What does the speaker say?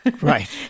Right